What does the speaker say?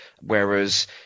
Whereas